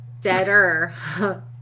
deader